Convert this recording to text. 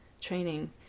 training